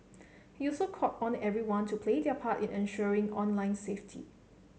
he also called on everyone to play their part in ensuring online safety